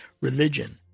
religion